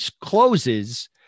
closes